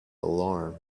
alarm